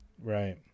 Right